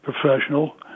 professional